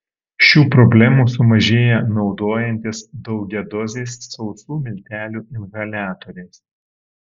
šių problemų sumažėja naudojantis daugiadoziais sausų miltelių inhaliatoriais